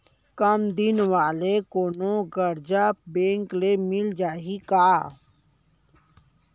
कम दिन वाले कोनो करजा बैंक ले मिलिस जाही का?